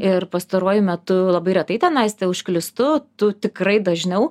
ir pastaruoju metu labai retai ten aiste užklystu tu tikrai dažniau